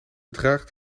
draagt